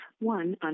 one